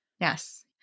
Yes